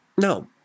No